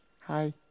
Hi